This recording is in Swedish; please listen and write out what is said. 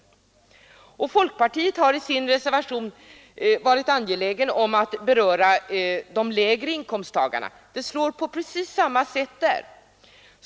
Folkpartiets representant har i sin reservation varit angelägen att beröra de lägre inkomsttagarnas problem. Denna regel slår på precis samma sätt för dem.